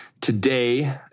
Today